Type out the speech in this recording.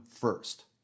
first